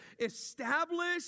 ...establish